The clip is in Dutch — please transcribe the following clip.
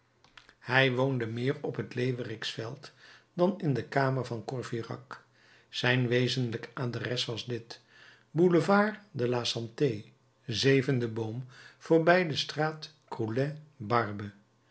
hij woonde meer op het leeuweriksveld dan in de kamer van courfeyrac zijn wezenlijk adres was dit boulevard de la santé zevende boom voorbij de straat